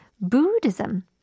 Buddhism